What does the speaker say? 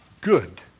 good